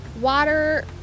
Water